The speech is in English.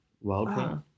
Wildfire